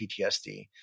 PTSD